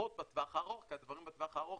פחות בטווח הארוך, כי הדברים בטווח הארוך